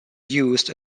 used